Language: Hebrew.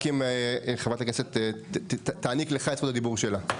רק אם חברת הכנסת תעניק לך את זכות הדיבור שלה.